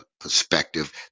perspective